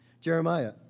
Jeremiah